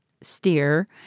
steer